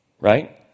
Right